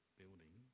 building